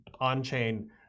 on-chain